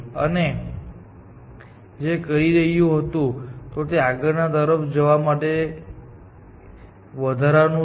આ જે કરી રહ્યું છે તે તે આગળના તરફ જવા માટે નું વધારાનું છે